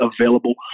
available